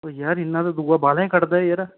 ओह् यार इ'न्ना ते दूआ बालें कट्टदा ऐ यरा